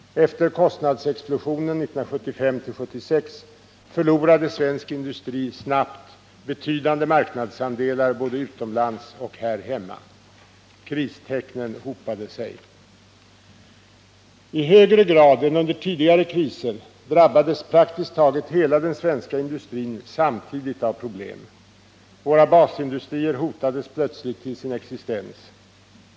Efter kostnadsexplosionen 1975-1976 förlorade svensk industri snabbt betydande marknadsandelar både utomlands och här hemma. Kristecknen hopade sig. I högre grad än under tidigare kriser drabbades praktiskt taget hela den svenska industrin samtidigt av problem. Våra basindustrier hotades plötsligt till sin existens.